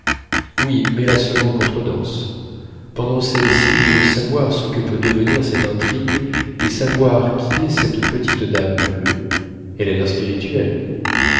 oui mais la seconde contredanse pendant celle-ci je veux savoir ce que peut devenir cette intrigue et savoir qui est cette petite dame bleue elle a l'air spirituel